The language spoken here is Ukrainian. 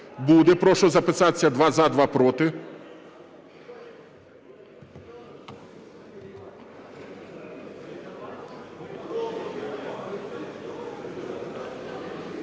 Буде. Прошу записатися: два – за, два – проти.